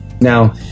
Now